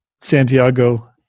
Santiago